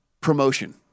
promotion